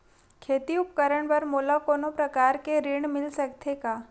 खेती उपकरण बर मोला कोनो प्रकार के ऋण मिल सकथे का?